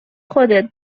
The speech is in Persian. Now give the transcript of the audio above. خودت